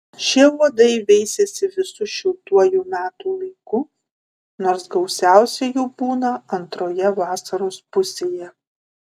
šie uodai veisiasi visu šiltuoju metų laiku nors gausiausiai jų būna antroje vasaros pusėje